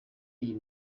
iyi